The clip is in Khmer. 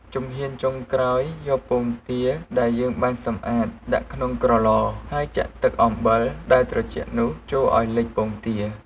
ជំហានចុងក្រោយ យកពងទាដែលយើងបានសម្អាតដាក់ក្នុងក្រឡ ហើយចាក់ទឹកអំបិលដែលត្រជាក់នោះចូលឱ្យលិចពងទា។